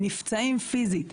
נפצעים פיזית.